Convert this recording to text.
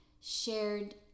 shared